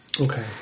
Okay